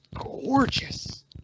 gorgeous